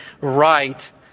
right